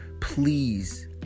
Please